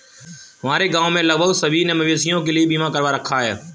हमारे गांव में लगभग सभी ने मवेशियों के लिए बीमा करवा रखा है